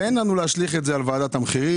אין לנו להשליך את זה על ועדת המחירים,